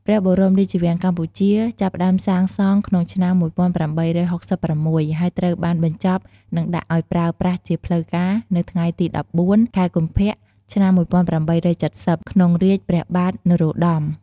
ព្រះបរមរាជវាំងកម្ពុជា ចាប់ផ្ដើមសាងសង់ក្នុងឆ្នាំ ១៨៦៦ ហើយត្រូវបានបញ្ចប់ និងដាក់ឱ្យប្រើប្រាស់ជាផ្លូវការណ៍ នៅថ្ងៃទី ១៤ ខែកុម្ភៈ ឆ្នាំ ១៨៧០ ក្នុងរាជព្រះបាទ នរោត្តម ។